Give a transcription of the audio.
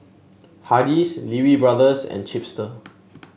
Hardy's Lee Wee Brothers and Chipster